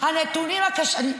הזמן נגמר.